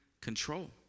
control